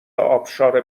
ابشار